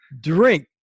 drink